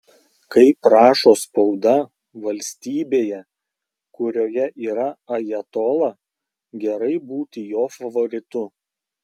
kaip rašo spauda valstybėje kurioje yra ajatola gerai būti jo favoritu